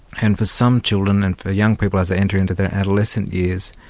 and for some children and for young people as they enter into their adolescent years,